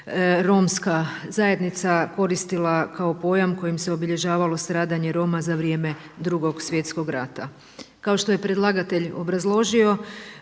romska zajednica koristila kao pojam kojim se obilježavalo stradanje Roma za vrijeme Drugog svjetskog rata. Kao što je predlagatelj obrazložio